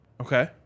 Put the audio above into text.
Okay